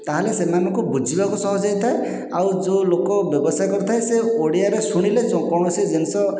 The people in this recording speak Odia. ତା'ହେଲେ ସେମାନଙ୍କୁ ବୁଝିବାକୁ ସହଜ ହୋଇଥାଏ ଆଉ ଯେଉଁଲୋକ ବ୍ୟବସାୟ କରିଥାଏ ସେ ଓଡ଼ିଆରେ ଶୁଣିଲେ କୌଣସି ଜିନିଷ